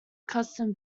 custom